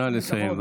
נא לסיים.